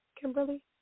Kimberly